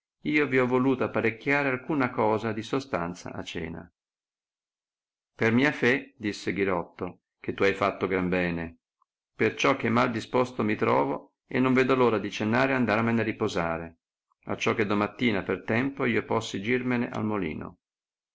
io vi ho voluto apparecchiare alcuna cosa di sostanza a cena per mia fé disse ghirotto che tu hai fatto gran bene perciò che mal disposto mi trovo e non vedo l ora di cenare e andarmene a riposare acciò che domattina per tempo io possi girmene al molino